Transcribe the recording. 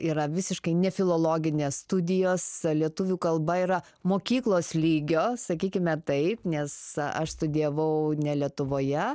yra visiškai ne filologinės studijos lietuvių kalba yra mokyklos lygio sakykime taip nes aš studijavau ne lietuvoje